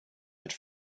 mit